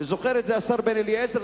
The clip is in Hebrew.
וזוכר את זה השר בן-אליעזר,